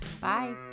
Bye